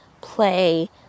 play